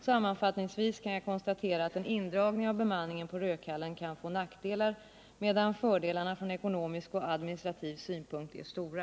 Sammanfattningsvis kan jag konstatera att en indragning av bemanningen på Rödkallen har få nackdelar, medan fördelarna från ekonomisk och administrativ synpunkt är stora.